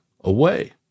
away